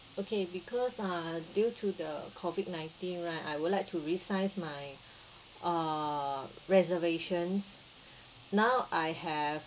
okay because uh due to the COVID nineteen right I would like to resize my uh reservations now I have